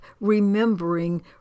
remembering